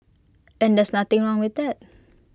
and there's nothing wrong with that